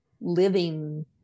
living